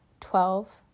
Twelve